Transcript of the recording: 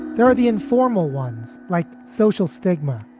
there are the informal ones like social stigma,